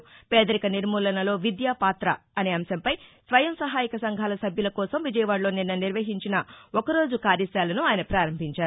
పేదరిక నిర్మూలనలో విద్య పాత అనే అంశంపై స్వయం సహాయక సంఘాల సభ్యుల కోసం విజయవాడలో నిన్న నిర్వహించిన ఒక రోజు కార్యశాలను ఆయన పారంభించారు